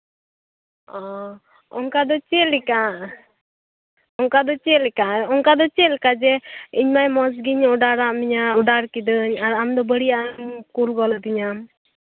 ᱚᱻ ᱚᱱᱠᱟ ᱫᱚ ᱪᱮᱫ ᱞᱮᱠᱟ ᱚᱱᱠᱟ ᱫᱚ ᱪᱮᱫ ᱞᱮᱠᱟ ᱚᱱᱠᱟᱫᱚ ᱪᱮᱫ ᱞᱮᱠᱟ ᱡᱮ ᱤᱧ ᱢᱟ ᱢᱚᱡᱽᱜᱤᱧ ᱚᱰᱟᱨᱟᱜ ᱢᱮᱭᱟ ᱚᱰᱟᱨ ᱠᱤᱫᱟᱹᱧ ᱟᱨ ᱟᱢᱫᱚ ᱵᱟᱹᱲᱤᱡᱟᱜ ᱮᱢ ᱠᱩᱞ ᱜᱚᱫ ᱟᱫᱤᱧᱟ